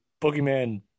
Boogeyman